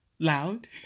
Loud